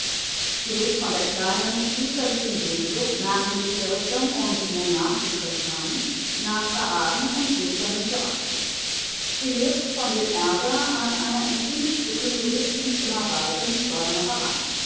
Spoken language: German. sie lebt von der kleinen spießerlichen sehnsucht nach militärischem und monarchischem tand nach paraden und glitzernden kürassen sie lebt von dem ärger an einer in vielen stücken gewiß nicht immer weisen